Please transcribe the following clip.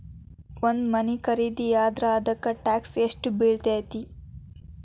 ಒಂದ್ ಮನಿ ಖರಿದಿಯಾದ್ರ ಅದಕ್ಕ ಟ್ಯಾಕ್ಸ್ ಯೆಷ್ಟ್ ಬಿಳ್ತೆತಿ?